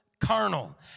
carnal